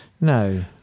No